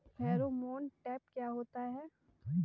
Pheromone trap क्या होता है?